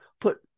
put